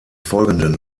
folgenden